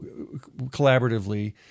collaboratively